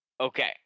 Okay